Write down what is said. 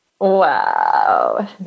Wow